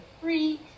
free